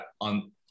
on